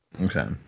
okay